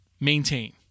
maintain